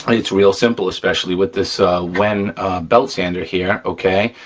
it's real simple, especially with this wen belt sander here, okay?